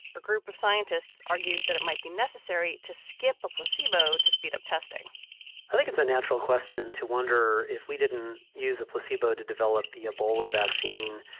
a group of scientists argued that it might be necessary to skip a placebo to speed up testing i think it's a natural question to wonder if we didn't use the placebo to develop the ebola vaccine.